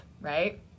right